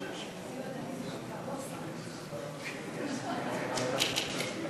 נא לשחרר את חברת הכנסת ענת ברקו על מנת שתוכל